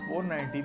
490